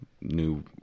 new